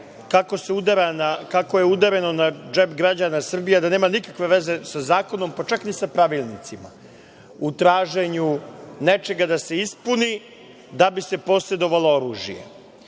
kako je udareno na džep građana Srbije, a da nema nikakve veze sa zakonom, pa čak ni sa pravilnicima, u traženju nečega da se ispuni da bi se posedovalo oružje. Naime,